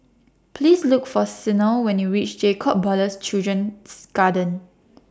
Please Look For Sena when YOU REACH Jacob Ballas Children's Garden